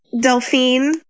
Delphine